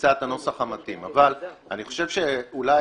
נמצא את הנוסח המתאים אבל אני חושב שאולי